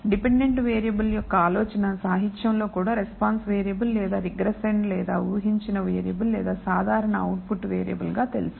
dependent variable యొక్క ఆలోచన సాహిత్యంలో కూడా రెస్పాన్స్ వేరియబుల్ లేదా రిగ్రెసాండ్ లేదా ఊహించిన వేరియబుల్ లేదా సాధారణం అవుట్పుట్ వేరియబుల్ గా తెలుసు